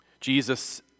Jesus